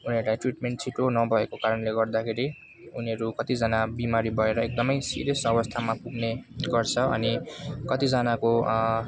उनीहरूलाई ट्रिटमेन्ट छिटो नभएको कारणले गर्दाखेरि उनीहरू कतिजना बिमारी भएर एकदमै सिरियस अवस्थामा पुग्ने गर्छ अनि कतिजनाको